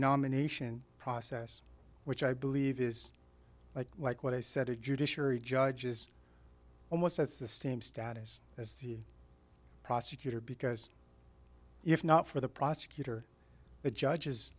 nomination process which i believe is like like what i said to judiciary judges almost that's the same status as the prosecutor because if not for the prosecutor the judges